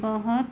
बहुत